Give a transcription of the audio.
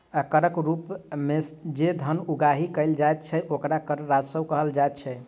करक रूप मे जे धन उगाही कयल जाइत छै, ओकरा कर राजस्व कहल जाइत छै